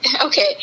okay